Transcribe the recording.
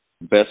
best